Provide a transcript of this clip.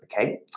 okay